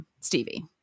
Stevie